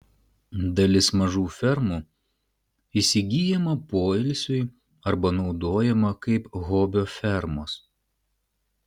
dalis mažų fermų įsigyjama poilsiui arba naudojama kaip hobio fermos